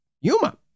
Yuma